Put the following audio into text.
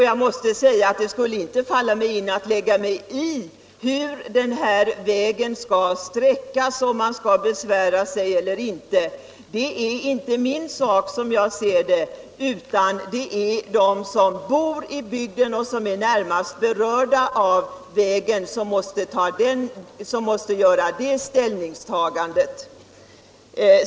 Jag måste säga att det inte skulle falla mig in att lägga mig i hur vägen skall sträckas, om man skall anföra besvär eller inte — det är som jag ser det inte min sak, utan det är de som bor i bygden och som är närmast berörda av vägen som måste göra det ställningstagandet.